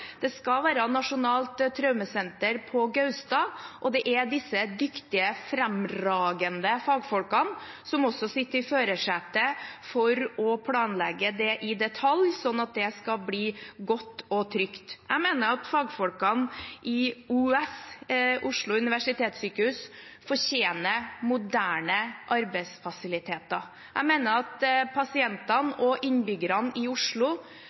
skal det være nasjonalt traumesenter på Gaustad, og det er disse dyktige, fremragende fagfolkene som også sitter i førersetet for å planlegge det i detalj, sånn at det skal bli godt og trygt. Jeg mener at fagfolkene i Oslo universitetssykehus fortjener moderne arbeidsfasiliteter. Jeg mener at pasientene og innbyggerne i Oslo